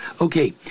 Okay